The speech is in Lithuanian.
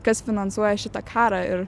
kas finansuoja šitą karą ir